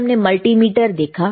फिर हमने मल्टीमीटर देखा